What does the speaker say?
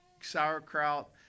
sauerkraut